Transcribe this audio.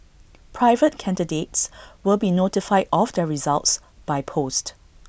private candidates will be notified of their results by post